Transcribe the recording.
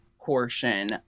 portion